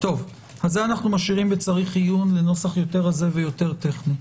זה אנחנו משאירים בצריך עיון לנוסח יותר רזה וטכני.